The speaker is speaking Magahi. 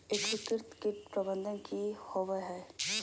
एकीकृत कीट प्रबंधन की होवय हैय?